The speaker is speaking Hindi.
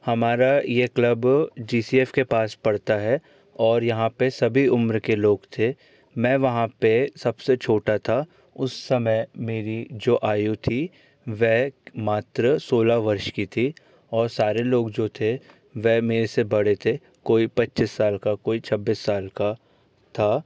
हमारा यह क्लब जी सी एफ के पास पड़ता है और यहाँ पर सभी उम्र के लोग थे मैं वहाँ पर सबसे छोटा था उस समय मेरी जो आयु थी वह मात्र सोलह वर्ष की थी और सारे लोग जो थे वह मेरे से बड़े थे कोई पच्चीस साल का कोई छब्बीस साल का था